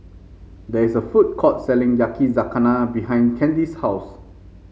there is a food court selling Yakizakana behind Candy's house